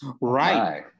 Right